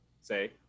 say